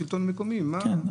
שלכם,